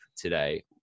today